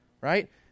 right